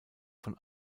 von